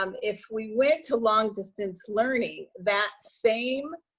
and if we went to long distance learning that same